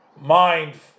mind